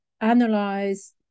analyze